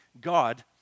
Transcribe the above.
God